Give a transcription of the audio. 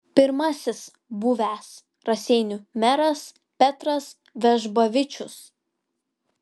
pirmasis buvęs raseinių meras petras vežbavičius